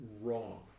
wrong